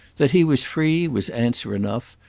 that he was free was answer enough,